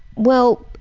well,